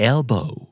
Elbow